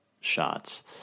shots